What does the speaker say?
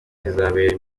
kizabera